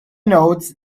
notes